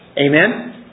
Amen